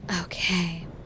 Okay